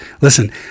Listen